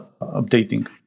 updating